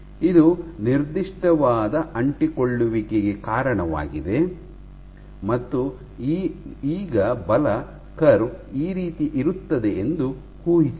ಇದು ನಿರ್ದಿಷ್ಟವಾದ ಅಂಟಿಕೊಳ್ಳುವಿಕೆಗೆ ಕಾರಣವಾಗಿದೆ ಮತ್ತು ಈಗ ಬಲ ಕರ್ವ್ ಈ ರೀತಿ ಇರುತ್ತದೆ ಎಂದು ಊಹಿಸಿರಿ